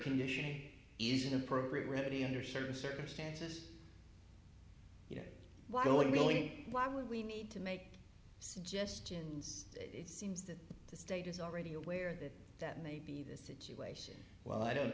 conditioning isn't appropriate remedy under certain circumstances you know why don't we only why would we need to make suggestions it seems that the state is already aware that that may be the situation well i don't